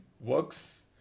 works